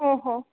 ओ हो